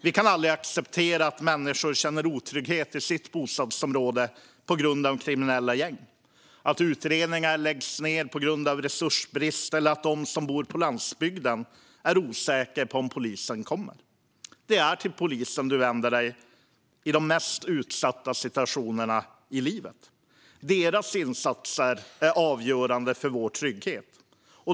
Vi kan aldrig acceptera att människor känner otrygghet i sitt bostadsområde på grund av kriminella gäng, att utredningar läggs ned på grund av resursbrist eller att den som bor på landsbygden är osäker på om polisen kommer. Det är till polisen du vänder dig i de mest utsatta situationerna i livet. Dess insatser är avgörande för vår trygghet.